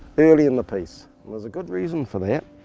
early in the piece, and there's a good reason for that.